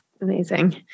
Amazing